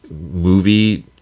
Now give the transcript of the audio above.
movie